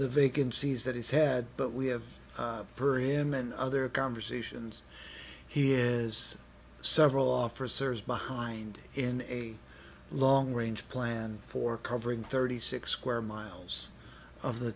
the vacancies that he's had but we have heard him and other conversations he is several officers behind in a long range plan for covering thirty six square miles of the